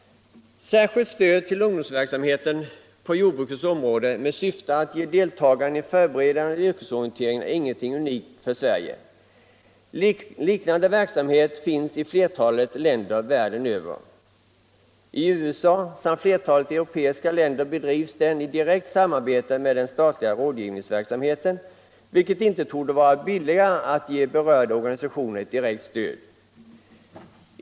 Särskilt stöd till unrgdomsverksamhet på jordbrukets område med syfte att ge deltagarna en förberedande yrkesorientering är ingenting unikt för Sverige. Liknande verksamhet finns i flertalet länder världen över. I USA samt flertalet europeiska länder bedrivs den i direkt samarbete med den statliga rådgivningsverksamheten, vilket inte torde vara billigare än att ge berörda organisationer ett direkt stöd.